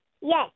Yes